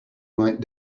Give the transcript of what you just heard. might